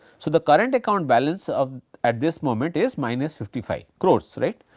so, the current account balance of at this moment is minus fifty five crores right.